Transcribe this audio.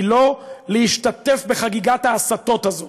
היא לא להשתתף בחגיגת ההסתות הזאת.